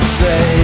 say